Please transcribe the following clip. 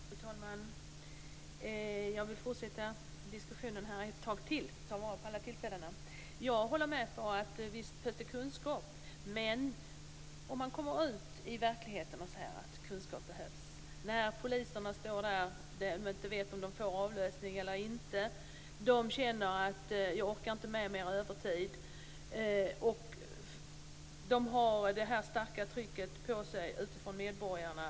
Fru talman! Jag vill fortsätta diskussionen ett tag till och ta vara på alla tillfällen. Jag håller med om att det behövs kunskap. Men om man kommer ut i verkligheten och säger att kunskap behövs, står poliserna där och vet inte om de får avlösning eller inte. De orkar inte med mer övertid. De har ett starkt tryck från medborgarna.